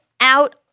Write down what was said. out